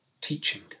teaching